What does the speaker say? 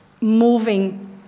moving